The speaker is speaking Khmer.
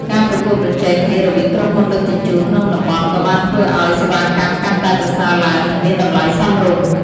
ការប្រកួតប្រជែងគ្នារវាងក្រុមហ៊ុនដឹកជញ្ជូនក្នុងតំបន់ក៏បានធ្វើឱ្យសេវាកម្មកាន់តែប្រសើរឡើងនិងមានតម្លៃសមរម្យ។